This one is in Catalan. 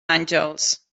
àngels